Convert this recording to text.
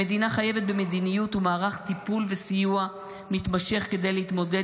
המדינה חייבת במדיניות ומערך טיפול וסיוע מתמשך כדי להתמודד